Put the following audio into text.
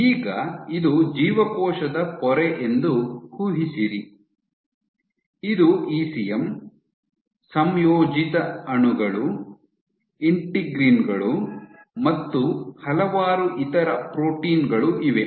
ಈಗ ಇದು ಜೀವಕೋಶದ ಪೊರೆ ಎಂದು ಊಹಿಸಿರಿ ಇದು ಇಸಿಎಂ ಸಂಯೋಜಿತ ಅಣುಗಳು ಇಂಟಿಗ್ರಿನ್ ಗಳು ಮತ್ತು ಹಲವಾರು ಇತರ ಪ್ರೋಟೀನ್ ಗಳು ಇವೆ